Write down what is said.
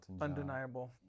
undeniable